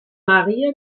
maria